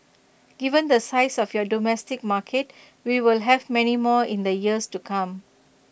given the size of your domestic market we will have many more in the years to come